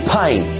pain